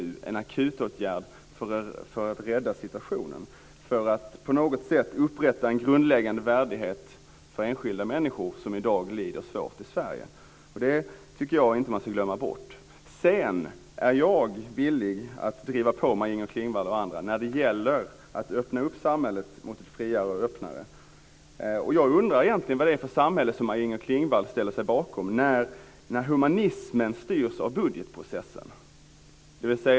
Det handlar om en akutåtgärd för att man ska kunna rädda situationen, för att man på något sätt ska kunna upprätta en grundläggande värdighet för enskilda människor som i dag lider svårt i Sverige. Det tycker jag inte att man ska glömma bort. Sedan är jag villig att driva på Maj-Inger Klingvall och andra när det gäller att göra samhället friare och öppnare. Jag undrar egentligen vad det är för samhälle som Maj-Inger Klingvall ställer sig bakom när humanismen styrs av budgetprocessen.